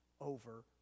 over